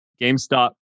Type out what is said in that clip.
GameStop